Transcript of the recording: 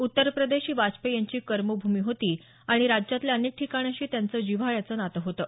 उत्तर प्रदेश ही वाजपेयी यांची कर्मभूमी होती आणि राज्यातल्या अनेक ठिकाणांशी त्यांचं जिव्हाळ्याचं नातं होतं